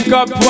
up